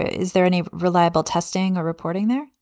is there any reliable testing or reporting there?